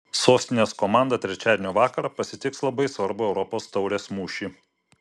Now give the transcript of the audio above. sostinės komanda trečiadienio vakarą pasitiks labai svarbų europos taurės mūšį